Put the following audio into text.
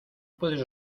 puedes